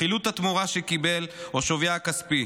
חילוט התמורה שקיבל או שווייה הכספי,